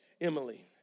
Emily